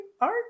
art